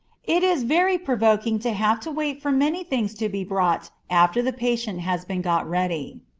it is very provoking to have to wait for many things to be brought after the patient has been got ready.